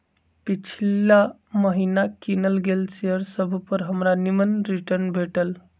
पिछिला महिन्ना किनल गेल शेयर सभपर हमरा निम्मन रिटर्न भेटल